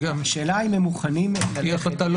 השאלה אם הם מוכנים --- תהיה החלטה לא